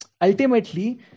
Ultimately